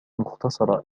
مختصرة